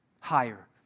higher